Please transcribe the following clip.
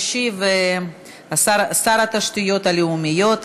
ישיב שר התשתיות הלאומיות,